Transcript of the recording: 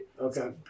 Okay